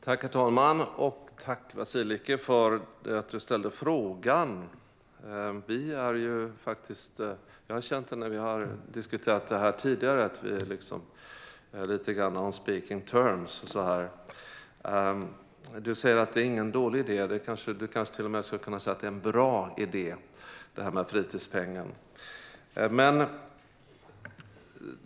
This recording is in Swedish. Herr talman! Tack, Vasiliki Tsouplaki, för att du ställde frågan! Jag har känt när vi har diskuterat frågan tidigare att vi är on speaking terms. Det är ingen dålig idé, säger du. Du kanske till och med skulle kunna säga att det är en bra idé, det här med fritidspengen.